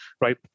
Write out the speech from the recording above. right